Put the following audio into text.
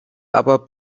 aber